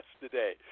today